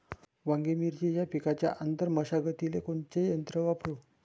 वांगे, मिरची या पिकाच्या आंतर मशागतीले कोनचे यंत्र वापरू?